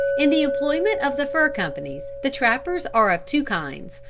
in the employment of the fur companies the trappers are of two kinds,